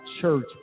church